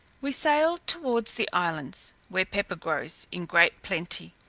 we sailed towards the islands, where pepper grows in great plenty.